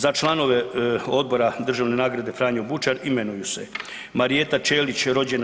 Za članove Odbora državne nagrade „Franjo Bučar“ imenuju se Marijeta Ćelić, rođ.